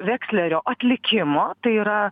vekslerio atlikimo tai yra